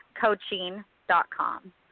coaching.com